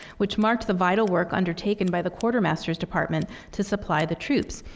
which marked the vital work undertaken by the quartermaster's department to supply the troops,